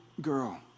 girl